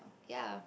yea